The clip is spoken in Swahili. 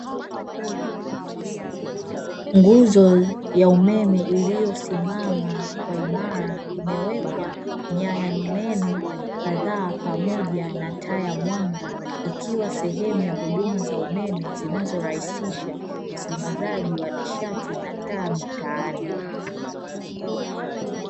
Nguzo ya umeme iliyosi mama kwa imara imewekwa nyaya kadhaa pamoja na taa zenye mwanga, ikiwa sehemu ya huduma za umeme zinazorahisisha usambazaji wa nishati na taa mitaani.